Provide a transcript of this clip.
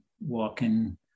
walking